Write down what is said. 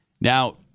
Now